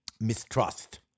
mistrust